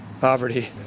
poverty